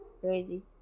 crazy